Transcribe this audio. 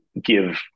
give